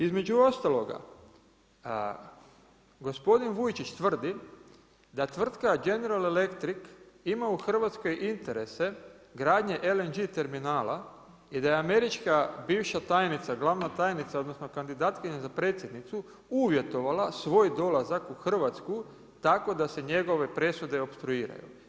Između ostaloga gospodin Vujčić tvrdi da tvrtka General Electric ima u Hrvatskoj interese gradnje LNG terminala i da je američka bivša glavna tajnica odnosno kandidatkinja za predsjednicu uvjetovala svoj dolazak u Hrvatsku tako da se njegove presude opstruiraju.